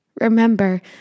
Remember